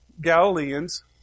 Galileans